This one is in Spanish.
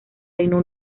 reino